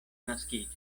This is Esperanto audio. naskiĝas